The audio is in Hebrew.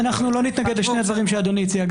לא נתנגד לשני הדברים שאדוני הציע.